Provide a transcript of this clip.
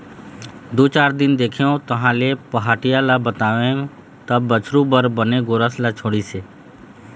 दू चार दिन देखेंव तहाँले पहाटिया ल बताएंव तब बछरू बर बने गोरस ल छोड़िस हे